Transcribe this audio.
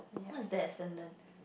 what's there at Finland